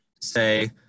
say